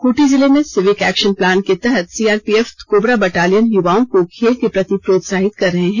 खूंटी जिले में civic action plan के तहत सीआरपीएफ कोबरा बटालियन युवाओं को खेल के प्रति प्रोत्साहित कर रहे हैं